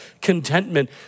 contentment